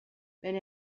wenn